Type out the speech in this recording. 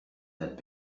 had